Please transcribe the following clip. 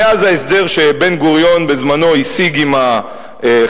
מאז ההסדר שבן-גוריון השיג בזמנו עם החזון-אי"ש,